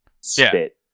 spit